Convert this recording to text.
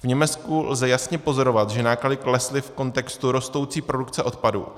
V Německu lze jasně pozorovat, že náklady klesly v kontextu rostoucí produkce odpadu.